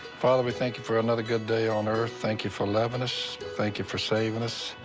father, we thank you for another good day on earth. thank you for loving us, thank you for saving us.